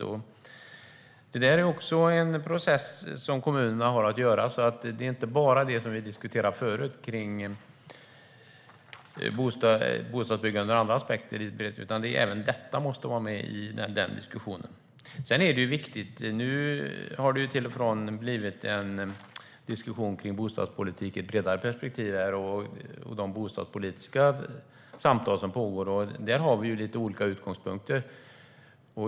Kommunerna har en process att hantera. Det handlar inte bara om det som diskuterades tidigare om bostadsbyggande, utan även detta måste vara med i diskussionen. Nu har det till och från blivit en diskussion om bostadspolitik i ett bredare perspektiv och de bostadspolitiska samtal som pågår. Där finns lite olika utgångspunkter.